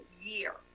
year